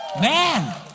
Man